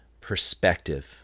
perspective